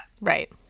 right